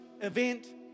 event